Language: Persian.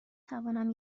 توانم